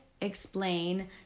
explain